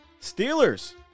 Steelers